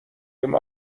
ریم